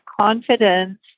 confidence